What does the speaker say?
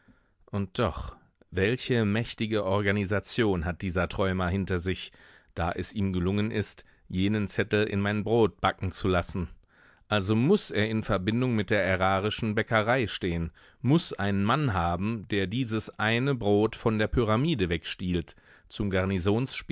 und doch welche mächtige organisation hat dieser träumer hinter sich da es ihm gelungen ist jenen zettel in mein brot backen zu lassen also muß er in verbindung mit der ärarischen bäckerei stehen muß einen mann haben der dieses eine brot von der pyramide wegstiehlt zum